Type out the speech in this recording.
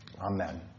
Amen